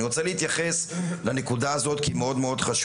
אני רוצה להתייחס לנקודה הזאת כי היא מאוד חשובה.